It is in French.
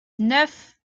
neuf